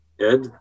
Ed